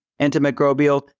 antimicrobial